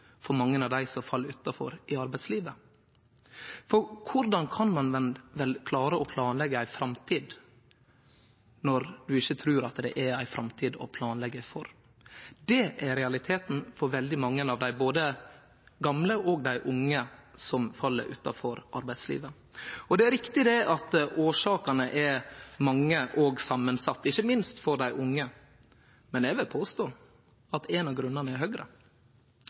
for mange av dei som fell utanfor arbeidslivet. Korleis kan ein klare å planleggje ei framtid når ein ikkje trur det er ei framtid å planleggje for? Det er realiteten for veldig mange av både dei gamle og dei unge som fell utanfor arbeidslivet. Det er riktig at årsakene er mange og samansette, ikkje minst for dei unge, men eg vil påstå at ein av grunnane er Høgre.